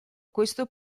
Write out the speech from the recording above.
questo